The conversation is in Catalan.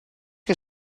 que